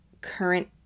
current